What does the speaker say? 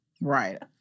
Right